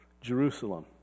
Jerusalem